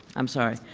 i'm sorry.